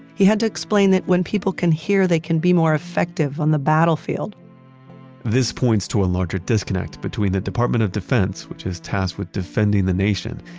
he had to explain that when people can hear, they can be more effective on the battlefield this points to a larger disconnect between the department of defense, which is tasked with defending the nation,